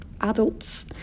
adults